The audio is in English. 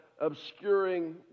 obscuring